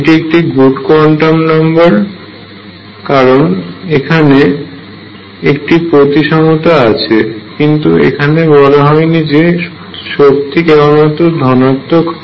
এটিকে একটি good quantum number বলা যায় কারণ এখানে একটি প্রতিসমতা আছে কিন্তু এখানে বলা হয়নি যে শক্তি কেবলমাত্র ধনাত্মক হয়